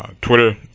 Twitter